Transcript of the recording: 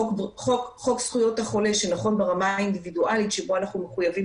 חוק זכויות החולה שנכון ברמה האינדיבידואלית שבה אנחנו מחויבים